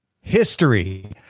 history